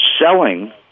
selling